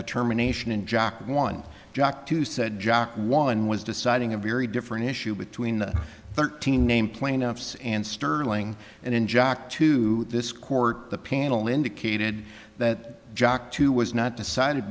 determination and jack one jack two said jack one was deciding a very different issue between the thirteen name plaintiffs and sterling and in jack to this court the panel indicated that jack too was not decided